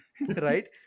right